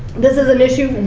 this is an issue,